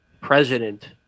president